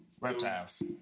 Reptiles